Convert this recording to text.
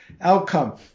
outcome